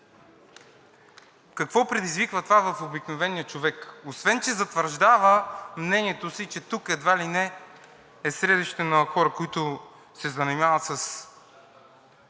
Какво предизвиква това в обикновения човек? Освен че затвърждава мнението си, че тук едва ли не е средище на хора, които се занимават с